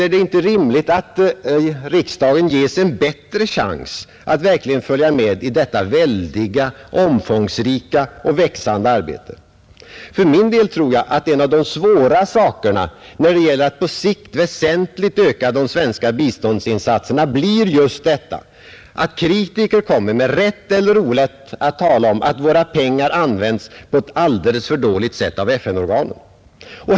Är det inte rimligt att riksdagen ges en bättre chans att följa med i detta väldiga, omfångsrika och växande arbete? För min del tror jag att en av de svåra sakerna när det gäller att på sikt väsentligt öka de svenska biståndsinsatserna blir just detta, att kritiker kommer — med rätt eller orätt — att tala om att våra pengar används på ett alldeles för dåligt sätt av FN-organen.